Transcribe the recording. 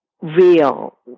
real